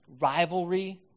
rivalry